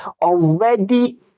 already